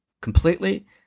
completely